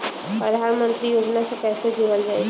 प्रधानमंत्री योजना से कैसे जुड़ल जाइ?